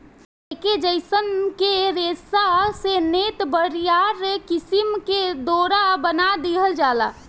ऐके जयसन के रेशा से नेट, बरियार किसिम के डोरा बना दिहल जाला